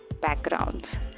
backgrounds